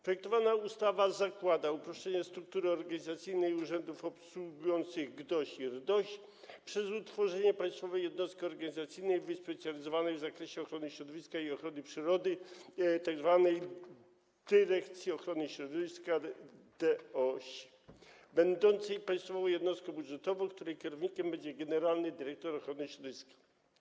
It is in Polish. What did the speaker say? Projektowana ustawa zakłada uproszczenie struktury organizacyjnej urzędów obsługujących GDOŚ i RDOŚ przez utworzenie państwowej jednostki organizacyjnej wyspecjalizowanej w zakresie ochrony środowiska i ochrony przyrody, tzw. Dyrekcji Ochrony Środowiska - DOŚ, będącej państwową jednostką budżetową, której kierownikiem będzie generalny dyrektor ochrony środowiska.